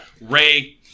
Ray